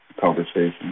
conversation